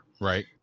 Right